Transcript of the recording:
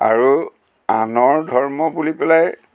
আৰু আনৰ ধৰ্ম বুলি পেলাই